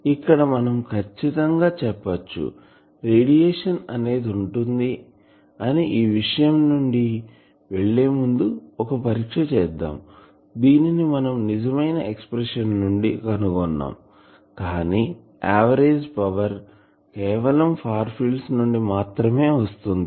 కాబట్టి ఇక్కడ మనం ఖచ్చితం గా చెప్పచ్చు రేడియేషన్ అనేది ఉంటుంది అని ఈ విషయం నుండి వెళ్లే ముందు ఒక పరీక్ష చేద్దాం దీనిని మనం నిజమైన ఎక్సప్రెషన్ నుండి కనుగొన్నాం కానీఆవరేజ్ పవర్ కేవలం ఫార్ ఫీల్డ్స్ నుండి మాత్రమే వస్తుంది